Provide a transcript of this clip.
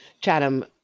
Chatham